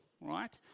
Right